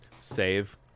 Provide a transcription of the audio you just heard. save